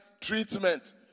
treatment